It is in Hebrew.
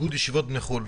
איגוד ישיבות מחו"ל,